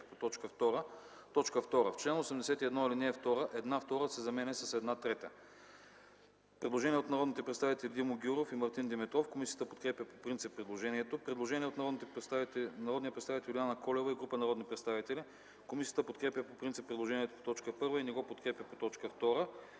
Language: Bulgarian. по т. 2: „2. В чл. 81, ал. 2 „една втора” се заменя с „една трета”.” Предложение на народни представители Димо Гяуров и Мартин Димитров. Комисията подкрепя по принцип предложението. Предложение на народния представител Юлиана Колева и група народни представители. Комисията подкрепя по принцип предложението по т. 1 и не го подкрепя по т. 2.